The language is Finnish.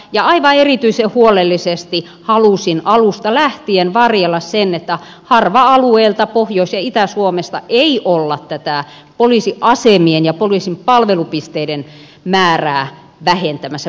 ja aivan erityisen huolellisesti halusin alusta lähtien varjella sen että harva alueelta pohjois ja itä suomesta ei olla tätä poliisiasemien ja poliisin palvelupisteiden määrää vähentämässä